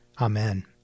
Amen